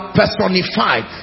personified